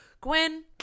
gwen